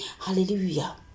Hallelujah